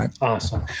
Awesome